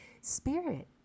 Spirit